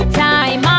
time